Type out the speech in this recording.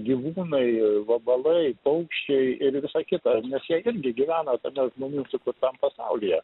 gyvūnai vabalai paukščiai ir visa kita nes jie irgi gyvena tam žmonių sukurtam pasaulyje